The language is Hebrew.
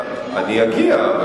ואני אגיע,